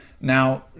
Now